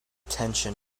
tension